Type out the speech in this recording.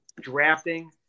drafting